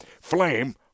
Flame